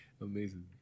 amazing